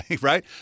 Right